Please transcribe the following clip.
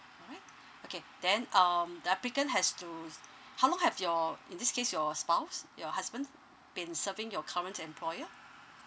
alright okay then um the applicant has to how long have in this case your spouse your husband been serving your current employer